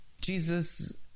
jesus